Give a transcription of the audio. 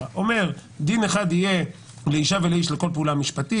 אומר: דין אחד יהיה לאישה ולאיש בכל פעולה משפטית.